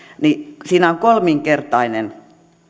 niin siinä on kolminkertainen